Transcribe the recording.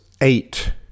eight